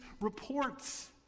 reports